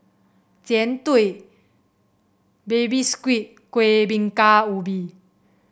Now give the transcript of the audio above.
Jian Dui Baby Squid Kuih Bingka Ubi